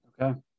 Okay